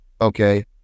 okay